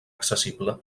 accessible